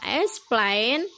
explain